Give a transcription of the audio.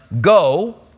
go